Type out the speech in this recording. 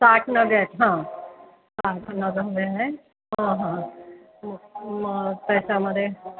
साठ नग आहेत हां साठ नग म्हणजे ह हां हां म त्याच्यामध्ये